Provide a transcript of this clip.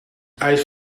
ijs